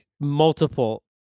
Multiple